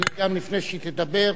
לפני שהיא תדבר,